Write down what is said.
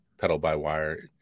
pedal-by-wire